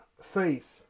faith